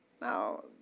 Now